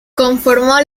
conformó